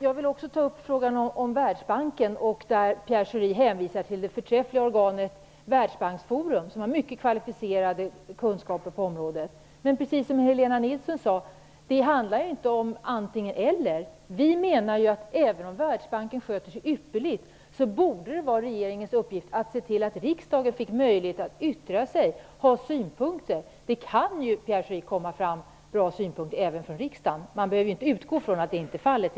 Jag vill också ta upp frågan om Världsbanken. Pierre Schori hänvisade till det förträffliga organet Världsbanksforum, som har mycket kvalificerade kunskaper på området. Men det handlar, precis som Helena Nilsson sade, inte om ett antingen-eller. Vi menar att även om Världsbanken sköter sig ypperligt, borde det vara regeringens uppgift att se till att riksdagen fick möjlighet att yttra sig och ha synpunkter. Det kan ju, Pierre Schori, komma fram bra synpunkter även från riksdagen. Man behöver i varje fall inte utgå från att så inte är fallet.